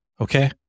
Okay